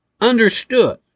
understood